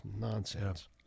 nonsense